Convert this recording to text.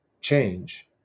change